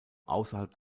außerhalb